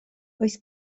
oes